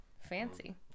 fancy